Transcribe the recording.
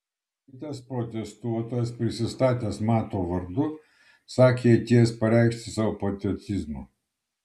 kitas protestuotojas prisistatęs mato vardu sakė atėjęs pareikšti savo patriotizmo